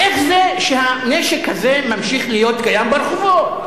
איך זה שהנשק הזה ממשיך להיות קיים ברחובות?